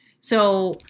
So-